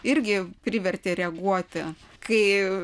irgi privertė reaguoti kai